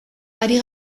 ari